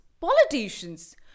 politicians